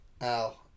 Al